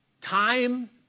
time